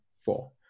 four